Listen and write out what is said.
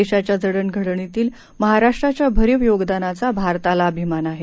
देशाच्या जडणघडणीतील महाराष्ट्राच्या भरीव योगदानाचा भारताला अभिमान आहे